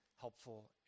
helpful